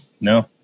No